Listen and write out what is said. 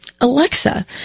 Alexa